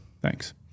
Thanks